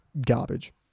garbage